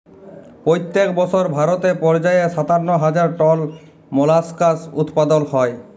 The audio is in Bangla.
পইত্তেক বসর ভারতে পর্যায়ে সাত্তান্ন হাজার টল মোলাস্কাস উৎপাদল হ্যয়